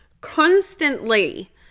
constantly